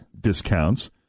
discounts